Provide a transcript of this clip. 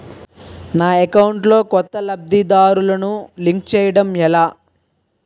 నా అకౌంట్ లో కొత్త లబ్ధిదారులను లింక్ చేయటం ఎలా?